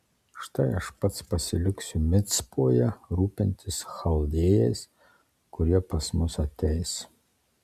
štai aš pats pasiliksiu micpoje rūpintis chaldėjais kurie pas mus ateis